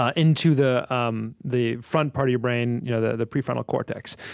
ah into the um the front part of your brain, you know the the prefrontal cortex.